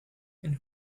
and